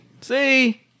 See